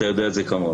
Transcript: אתה יודע את זה כמוני.